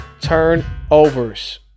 turnovers